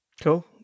cool